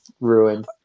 ruined